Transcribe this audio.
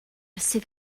sydd